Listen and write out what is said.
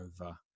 Over